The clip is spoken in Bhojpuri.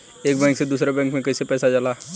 एक बैंक से दूसरे बैंक में कैसे पैसा जाला?